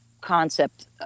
concept